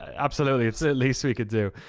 absolutely, it's the least we could do.